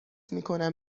میکنم